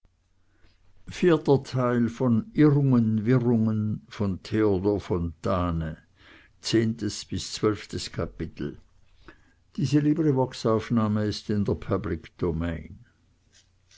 werde zwölftes kapitel